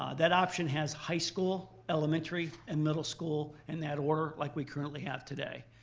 ah that option has high school, elementary, and middle school in that order like we currently have today.